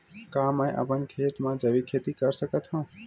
का मैं अपन खेत म जैविक खेती कर सकत हंव?